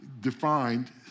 defined